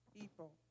people